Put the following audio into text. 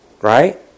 Right